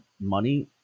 money